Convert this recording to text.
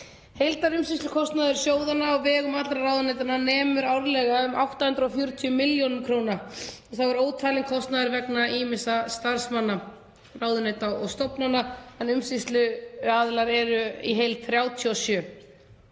Heildarumsýslukostnaður sjóðanna á vegum allra ráðuneytanna nemur árlega um 840 millj. kr. og þá er ótalinn kostnaður vegna ýmissa starfsmanna ráðuneyta og stofnana en umsýsluaðilar eru í heild 37.